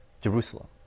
Jerusalem